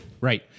Right